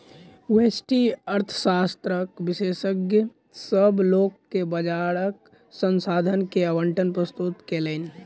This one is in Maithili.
व्यष्टि अर्थशास्त्रक विशेषज्ञ, सभ लोक के बजारक संसाधन के आवंटन प्रस्तुत कयलैन